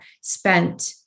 spent